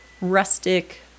rustic